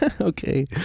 Okay